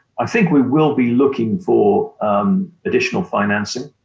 i think we will be looking for additional financing,